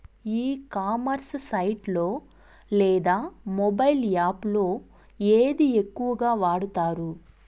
ఈ commerce site లో లేదా మొబైల్ యాప్ లో ఏది ఎక్కువగా వాడుతారు?